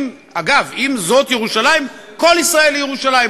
אגב, אם זאת ירושלים, כל ישראל ירושלים.